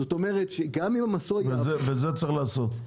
זאת אומרת שגם אם המסוע -- וזה צריך לעשות.